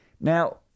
Now